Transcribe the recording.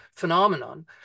phenomenon